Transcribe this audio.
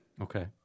Okay